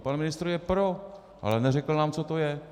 Pan ministr je pro, ale neřekl nám, co to je.